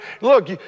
look